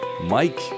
Mike